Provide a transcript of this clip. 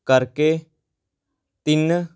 ਕਰਕੇ ਤਿੰਨ